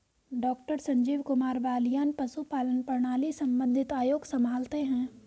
doctor Sanjeev Kumar Balyan पशुपालन प्रणाली संबंधित आयोग संभालते हैं